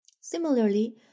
Similarly